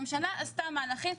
כשהממשלה עשתה מהלכים,